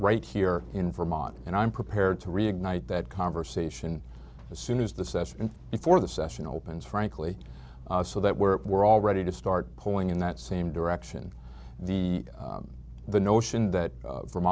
right here in vermont and i'm prepared to reignite that conversation soon as the session before the session opens frankly so that we're we're all ready to start pulling in that same direction the the notion that